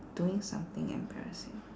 doing something embarrassing